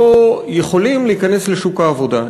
לא יכולים להיכנס לשוק העבודה,